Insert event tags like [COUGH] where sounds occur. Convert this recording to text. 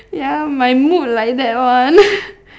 ya my mood like that [one] [LAUGHS]